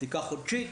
בדיקה חודשית,